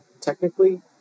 technically